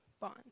bond